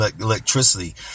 electricity